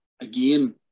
again